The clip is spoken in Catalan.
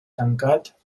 tancat